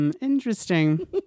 Interesting